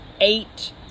eight